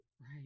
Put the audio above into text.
Right